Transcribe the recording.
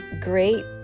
great